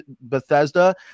Bethesda